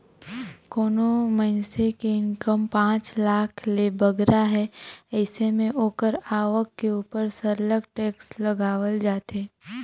कोनो मइनसे के इनकम पांच लाख ले बगरा हे अइसे में ओकर आवक के उपर सरलग टेक्स लगावल जाथे